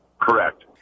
Correct